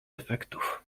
efektów